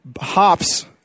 Hops